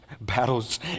Battles